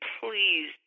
please